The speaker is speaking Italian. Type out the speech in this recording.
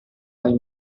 dai